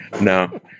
No